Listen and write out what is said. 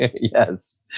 Yes